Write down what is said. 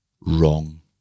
Wrong